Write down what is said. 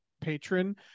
patron